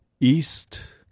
East